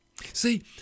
See